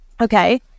Okay